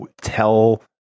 tell